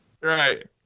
Right